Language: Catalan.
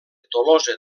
tolosa